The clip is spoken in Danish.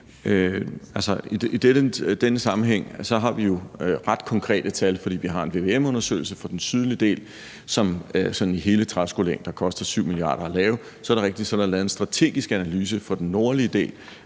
i denne sammenhæng har vi jo ret konkrete tal, fordi vi har en vvm-undersøgelse af den sydlige del, som sådan i hele træskolængder koster 7 mia. kr. at lave. Så er det rigtigt, at der er lavet en strategisk analyse af den nordlige del,